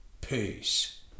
Peace